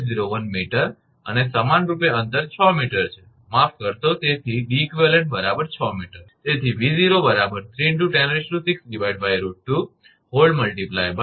01 𝑚 અને સમાનરૂપે અંતર 6 𝑚 છે માફ કરશો તેથી 𝐷𝑒𝑞 6𝑚